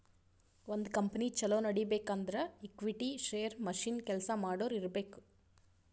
ಒಂದ್ ಕಂಪನಿ ಛಲೋ ನಡಿಬೇಕ್ ಅಂದುರ್ ಈಕ್ವಿಟಿ, ಶೇರ್, ಮಷಿನ್, ಕೆಲ್ಸಾ ಮಾಡೋರು ಇರ್ಬೇಕ್